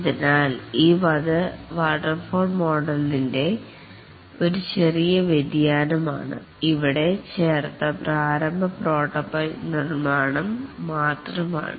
അതിനാൽ ഇത് വാട്ടർഫാൾ മോഡലിൻ്റെ ഒരു ചെറിയ വ്യതിയാനമാണ് ഇവിടെ ചേർത്ത പ്രാരംഭ പ്രോട്ടോടൈപ്പ് നിർമ്മാണം മാത്രമാണ്